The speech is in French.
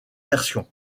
versions